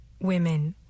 women